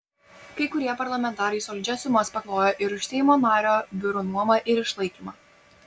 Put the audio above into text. kai kurie parlamentarai solidžias sumas paklojo ir už seimo nario biurų nuomą ir išlaikymą